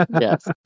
yes